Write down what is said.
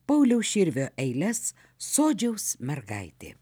pauliaus širvio eiles sodžiaus mergaitė